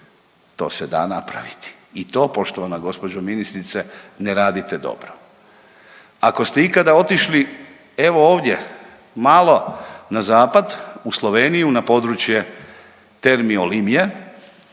to se da napraviti i to poštovana gospođo ministrice ne radite dobro. Ako ste ikada otišli evo ovdje malo na zapad u Sloveniju na područje Termi Olimie